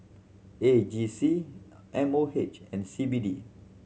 A G C M O H and C B D